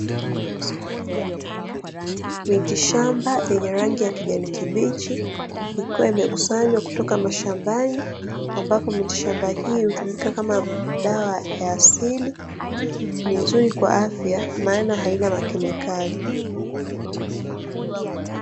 Mitishamba yenye rangi ya kijani kibichi ikiwa imekusanywa kutoka mashambani, ambapo mitishamba hiyo hutumika kama dawa ya asili, ni nzuri kwa afya, maana haina makemikali.